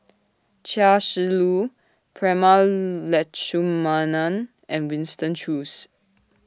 Chia Shi Lu Prema Letchumanan and Winston Choos